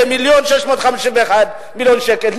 ב-1.651 מיליון שקל?